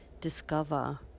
discover